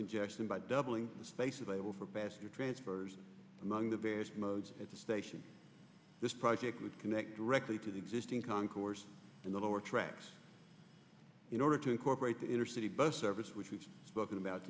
congestion by doubling the space available for pastor transfers among the various modes at the station this project would connect directly to the existing concourse in the lower tracks in order to incorporate the inner city bus service which we've spoken about